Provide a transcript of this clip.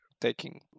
taking